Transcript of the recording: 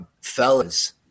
Fellas